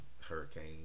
Hurricane